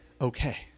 okay